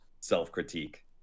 self-critique